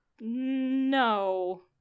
No